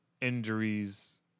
injuries